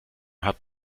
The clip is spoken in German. hat